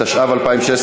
התשע"ו 2016,